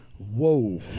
Whoa